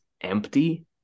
empty